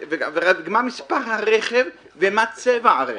מה מספר הרכב ומה צבע הרכב.